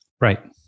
Right